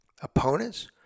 opponents